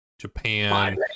Japan